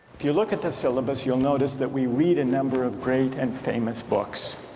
if you look at the syllabus, you'll notice that we read a number of great and famous books.